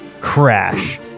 Crash